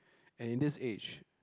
and in this age